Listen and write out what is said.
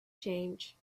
change